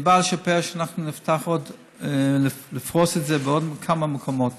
אני בא לשפר שאנחנו נפתח עוד ונפרוס את זה בעוד כמה מקומות.